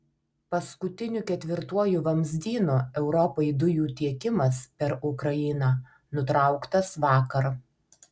paskutiniu ketvirtuoju vamzdynu europai dujų tiekimas per ukrainą nutrauktas vakar